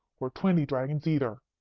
or twenty dragons, either.